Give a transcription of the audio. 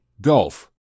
Golf